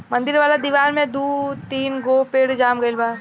मंदिर वाला दिवार में दू तीन गो पेड़ जाम गइल बा